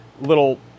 little